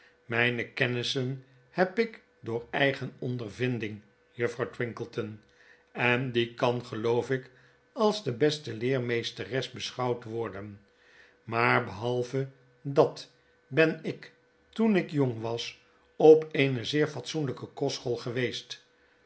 mijne kennissen heb ik door eigen ondervinding juffrouw twinkleton en die kan geloof ik als de beste leermeesteres beschouwd worden maar behalve dat ben ik toenik jong was op eene zeer fatsoenlyke kostschool geweest